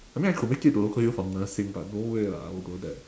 I mean I could make it to local U for nursing but no way lah I would go there